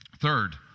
Third